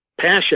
Passion